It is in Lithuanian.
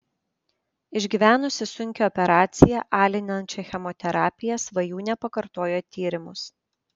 išgyvenusi sunkią operaciją alinančią chemoterapiją svajūnė pakartojo tyrimus